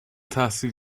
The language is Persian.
تحصیل